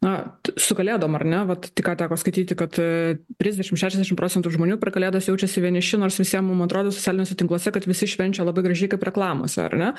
na su kalėdom ar ne vat tik ką teko skaityti kad trisdešimt šešiasdešimt procentų žmonių per kalėdas jaučiasi vieniši nors visiem mum atrodo socialiniuose tinkluose kad visi švenčia labai gražiai kaip reklamose ar ne